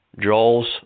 Joel's